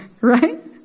right